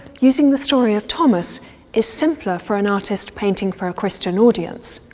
using the story of thomas is simpler for an artist painting for a christian audience.